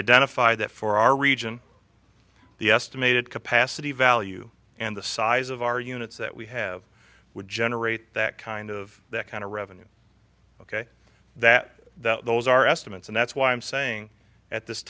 identified that for our region the estimated capacity value and the size of our units that we have would generate that kind of that kind of revenue ok that that those are estimates and that's why i'm saying at this